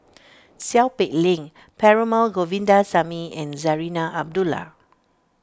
Seow Peck Leng Perumal Govindaswamy and Zarinah Abdullah